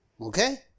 Okay